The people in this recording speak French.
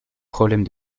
problèmes